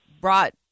brought